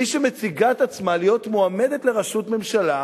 מי שמציגה את עצמה להיות מועמדת לראשות ממשלה,